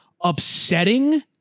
upsetting